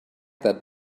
that